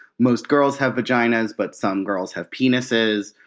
most girls have vaginas. but some girls have penises.